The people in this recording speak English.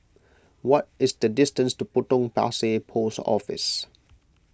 what is the distance to Potong Pasir Post Office